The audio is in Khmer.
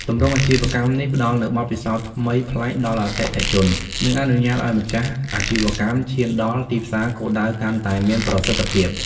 ទម្រង់អាជីវកម្មនេះផ្តល់នូវបទពិសោធន៍ថ្មីប្លែកដល់អតិថិជន និងអនុញ្ញាតឲ្យម្ចាស់អាជីវកម្មឈានដល់ទីផ្សារគោលដៅកាន់តែមានប្រសិទ្ធភាព។